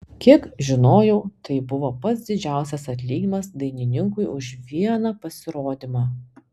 kiek žinojau tai buvo pats didžiausias atlyginimas dainininkui už vieną pasirodymą